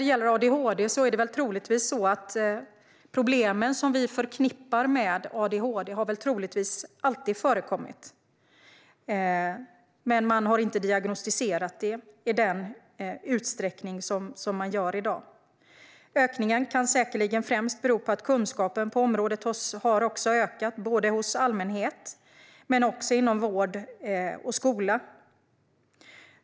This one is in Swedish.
Det är troligtvis så att de problem som vi förknippar med adhd alltid har förekommit. Man har dock inte diagnostiserat det hela i den utsträckning som man gör i dag. Ökningen kan säkerligen främst bero på att kunskapen på området har ökat, både hos allmänheten och inom vård och skola.